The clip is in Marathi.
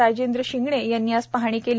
राजेंद्र शिंगणे यांनी आज पाहणी केली